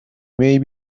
may